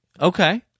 Okay